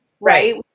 right